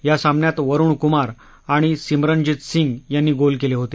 या सामन्यात वरुण कुमार आणि सिमरनजीत सिंग यांनी गोल केले होते